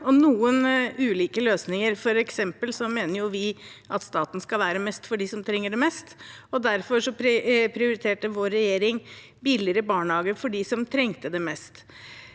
noen ulike løsninger, f.eks. mener vi at staten skal være mest for dem som trenger det mest, og derfor prioriterte vår regjering billigere barnehage for dem som trengte det mest.